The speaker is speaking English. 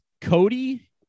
Cody